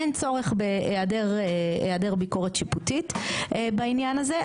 אין צורך בהיעדר ביקורת שיפוטית בעניין הזה.